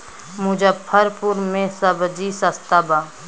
मुजफ्फरपुर में सबजी सस्ता बा